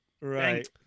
Right